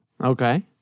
Okay